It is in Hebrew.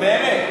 באמת,